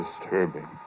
disturbing